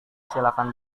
silakan